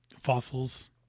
fossils